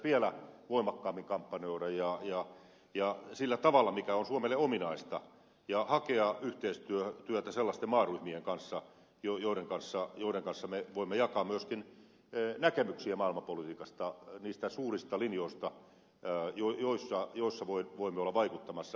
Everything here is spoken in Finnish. minun mielestäni pitäisi vielä voimakkaammin kampanjoida sillä tavalla joka on suomelle ominaista ja hakea yhteistyötä sellaisten maaryhmien kanssa joiden kanssa me voimme myöskin jakaa näkemyksiä maailmanpolitiikasta niistä suurista linjoista joissa voimme olla vaikuttamassa